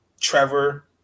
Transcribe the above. Trevor